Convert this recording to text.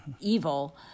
Evil